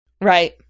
Right